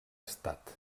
estat